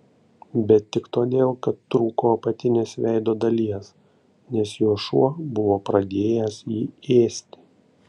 bet tik todėl kad trūko apatinės veido dalies nes jo šuo buvo pradėjęs jį ėsti